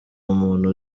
umuntu